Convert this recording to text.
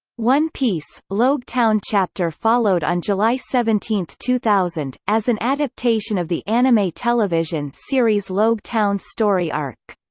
one piece logue town chapter followed on july seventeen, two thousand, as an adaptation of the anime television series' logue town story arc.